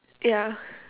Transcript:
yeah